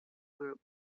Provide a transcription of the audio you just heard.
group